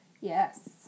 Yes